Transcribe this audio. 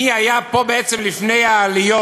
מי היה פה בעצם לפני העליות,